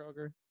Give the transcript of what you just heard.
Kroger